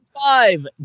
five